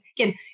Again